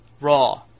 Raw